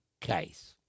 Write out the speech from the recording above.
case